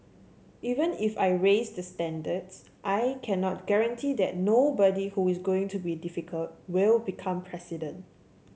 even if I raise the standards I cannot guarantee that nobody who is going to be difficult will become president